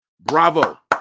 Bravo